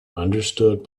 understood